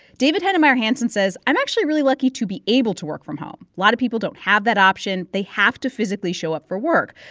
david heinemeier hansson says i'm actually really lucky to be able to work from home. a lot of people don't have that option. they have to physically show up for work.